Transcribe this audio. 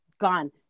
gone